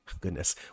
goodness